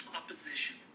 opposition